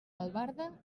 albarda